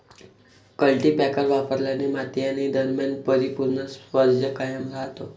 cultipacker वापरल्याने माती आणि दरम्यान परिपूर्ण स्पर्श कायम राहतो